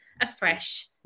afresh